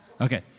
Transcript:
Okay